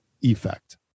effect